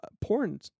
porn